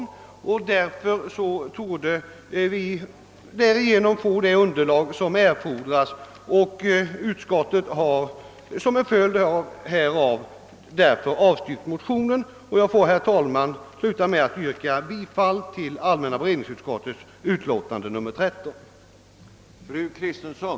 Därigenom torde vi få det material som erfordras. Utskottet har som en följd härav avstyrkt motionen. Jag får, herr talman, sluta med att yrka bifall till allmänna beredningsutskottets hemställan i dess utlåtande nr 13;